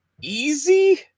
easy